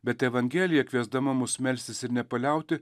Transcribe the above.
bet evangelija kviesdama mus melstis ir nepaliauti